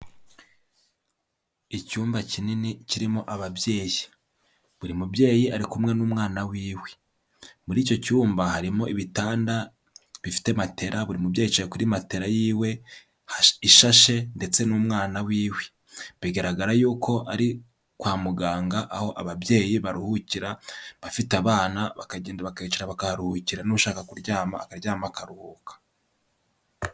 Icyumba kinini kirimo ababyeyi, buri mubyeyi ari kumwe n'umwana wiwe, muri icyo cyumba harimo ibitanda bifite matera buri mubyeyi yicaye kuri matera yiwe ishashe ndetse n'umwana wiwe, bigaragara yuko ari kwa muganga aho ababyeyi baruhukira, bafite abana bakagenda bakahicara bakaharuhukira n'ushaka kuryama akaryama akaruhuka.